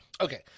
Okay